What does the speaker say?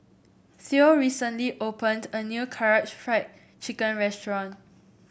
Theo recently opened a new Karaage Fried Chicken Restaurant